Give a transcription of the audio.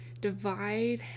divide